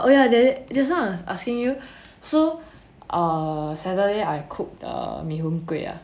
oh ya ju~ just ask I was asking you so err saturday I cook the mee hoon kway ah